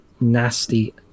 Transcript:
nasty